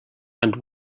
and